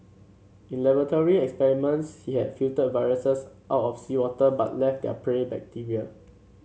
in laboratory experiments he had filtered viruses out of seawater but left their prey bacteria